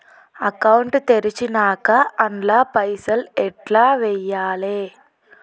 Account తెరిచినాక అండ్ల పైసల్ ఎట్ల వేయాలే?